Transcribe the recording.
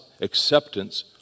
acceptance